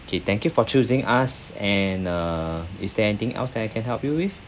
okay thank you for choosing us and uh is there anything else that I can help you with